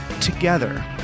together